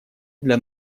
для